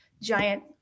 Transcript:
giant